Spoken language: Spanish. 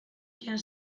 quien